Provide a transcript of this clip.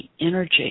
energy